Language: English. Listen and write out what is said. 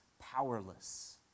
powerless